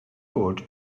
bod